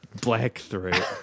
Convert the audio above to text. Blackthroat